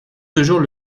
toujours